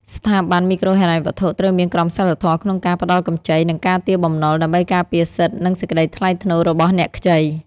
ស្ថាប័នមីក្រូហិរញ្ញវត្ថុត្រូវមានក្រមសីលធម៌ក្នុងការផ្ដល់កម្ចី និងការទារបំណុល ដើម្បីការពារសិទ្ធិ និងសេចក្ដីថ្លៃថ្នូររបស់អ្នកខ្ចី។